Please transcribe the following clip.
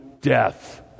death